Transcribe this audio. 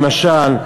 למשל,